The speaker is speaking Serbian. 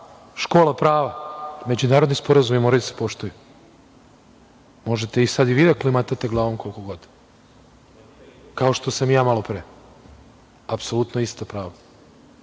škola prava, međunarodni sporazumi moraju da se poštuju. Možete sad i vi da klimatate glavom koliko god, kao što sam i ja malo pre, apsolutno isto pravo.